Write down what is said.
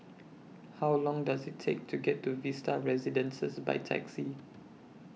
How Long Does IT Take to get to Vista Residences By Taxi